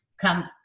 come